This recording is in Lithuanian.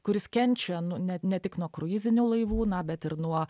kuris kenčia nu ne ne tik nuo kruizinių laivų na bet ir nuo